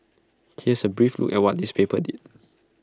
here's A brief look at what these papers did